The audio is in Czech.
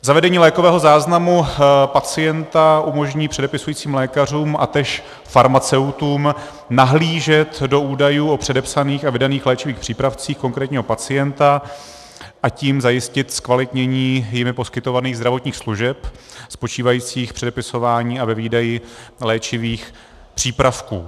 Zavedení lékového záznamu pacienta umožní předepisujícím lékařům a též farmaceutům nahlížet do údajů o předepsaných a vydaných léčivých přípravcích konkrétního pacienta, a tím zajistit zkvalitnění jiných poskytovaných zdravotních služeb spočívajících v předepisování a výdaji léčivých přípravků.